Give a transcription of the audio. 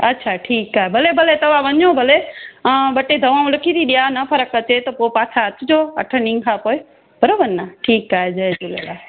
अच्छा ठीकु आ भले भले तव्हां वञो भले ॿ टे दवाऊं लिखी थी ॾियां न फ़र्क़ु अचे त पोइ पाछा अचिजो अठनि ॾींहंनि खां पोइ बराबरि न ठीकु आहे जय झूलेलाल